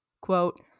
quote